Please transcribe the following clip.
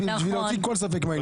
בשביל להוציא כל ספק מהעניין.